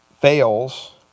fails